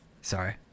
sorry